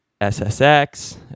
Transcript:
SSX